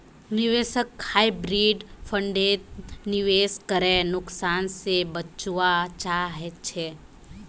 निवेशक हाइब्रिड फण्डत निवेश करे नुकसान से बचवा चाहछे